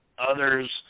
Others